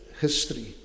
history